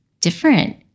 different